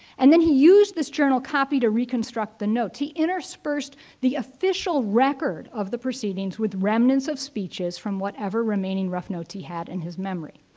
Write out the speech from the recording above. and then he used this journal copy to reconstruct the notes. he interspersed the official record of the proceedings with remnants of speeches from whatever remaining rough notes he had in his memory.